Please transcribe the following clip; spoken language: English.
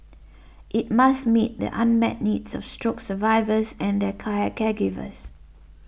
it must meet the unmet needs of stroke survivors and their caregivers